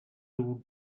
two